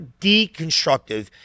deconstructive